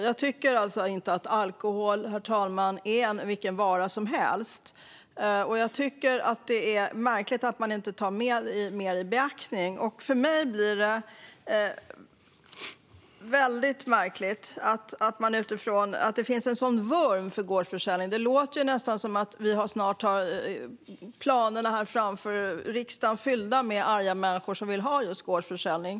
Jag tycker alltså inte att alkohol är vilken vara som helst, och jag tycker att det är märkligt att man inte tar det mer i beaktande. För mig blir det märkligt att det finns en sådan vurm för gårdsförsäljning. Det låter nästan som om vi snart har planen här framför riksdagshuset fylld med arga människor som vill ha gårdsförsäljning.